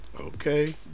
Okay